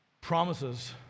promises